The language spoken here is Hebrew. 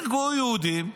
נהרגו יהודים,